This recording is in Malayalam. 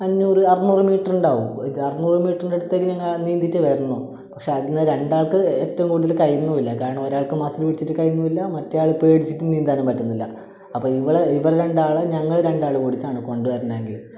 അഞ്ഞൂറ് അറുന്നൂറ് മീറ്റർ ഉണ്ടാവും ഇത് അറുന്നൂറ് മീറ്ററിൻ്റട്ത്ത് എങ്ങാനും നീന്തീട്ട് വരണം പക്ഷേ അതീന്ന് രണ്ടാൾക്ക് ഏറ്റവും കൂടുതൽ കഴിയുന്നുവില്ല കാരണം ഒരാൾക്ക് മസ്സിൽ പിടിച്ചിട്ട് കഴിയുന്നുവില്ല മറ്റേ ആള് പേടിച്ചിട്ട് നീന്താനും പറ്റുന്നില്ല അപ്പം നിങ്ങൾ ഈ പറഞ്ഞ രണ്ടാളും ഞങ്ങൾ രണ്ടാളും കൂടീട്ടാണ് കൊണ്ട് വരണെങ്കിൽ